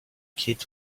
kid